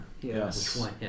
Yes